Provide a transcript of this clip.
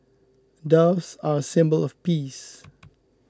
doves are a symbol of peace